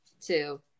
two